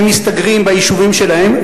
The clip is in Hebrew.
הם מסתגרים ביישובים שלהם,